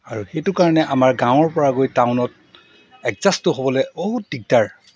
আৰু সেইটো কাৰণে আমাৰ গাঁৱৰপৰা গৈ টাউনত এডজাষ্টটো হ'বলৈ বহুত দিগদাৰ